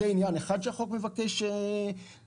זה עניין אחד שהחוק מבקש להסדיר.